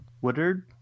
Woodard